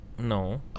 No